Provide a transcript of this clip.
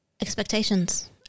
Expectations